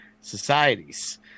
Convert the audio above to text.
societies